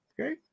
okay